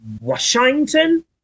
Washington